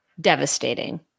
devastating